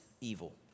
evil